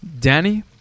Danny